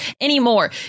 anymore